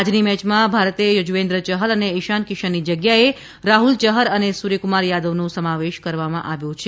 આજની મેચમાં ભારતે યજુવેન્દ્ર ચહલ અને ઇશાન કિશનની જગ્યાએ રાહ્લ ચહર અને સૂર્યકુમાર યાદવનો સમાવેશ કરવામાં આવ્યો છે